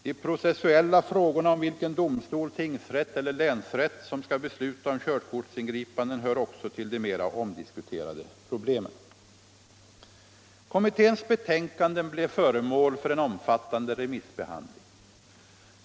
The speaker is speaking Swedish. De processuella frågorna om vilken domstol — tingsrätt eller länsrätt — som skall besluta om körkortsingripanden hör också till de mera omdiskuterade problemen. Kommitténs betänkanden blev föremål för en omfattande remissbehandling.